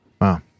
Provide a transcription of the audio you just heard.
Wow